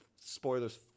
spoilers